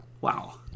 Wow